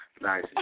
Nice